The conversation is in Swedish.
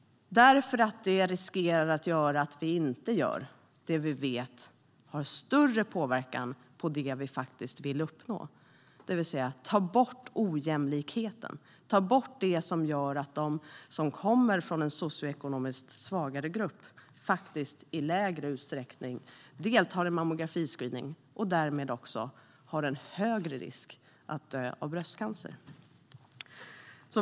Det innebär nämligen en risk att vi inte gör det vi vet har större påverkan på det vi faktiskt vill uppnå, det vill säga att ta bort ojämlikheten. Vi vill ta bort det som gör att de som kommer från en socioekonomiskt svagare grupp faktiskt i mindre utsträckning deltar i mammografiscreeningen och därmed också löper högre risk att dö i bröstcancer.